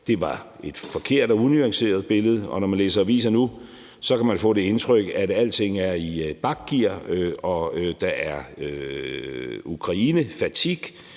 Det var et forkert og unuanceret billede. Og når man læser aviser nu, kan man få det indtryk, at alting er i bakgear, at der er Ukrainefatigue,